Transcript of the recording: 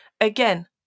Again